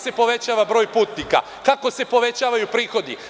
kako se povećava broj putnika, kako se povećavaju prihodi.